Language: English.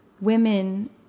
women